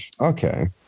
Okay